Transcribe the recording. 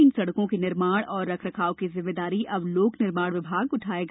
इन सड़को के निर्माण और रख रखाव की जिम्मेदारी अब लोक निर्माण विभाग उठायेगा